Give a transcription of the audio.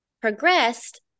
progressed